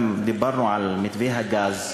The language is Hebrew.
גם דיברנו על מתווה הגז,